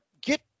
get